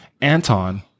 Anton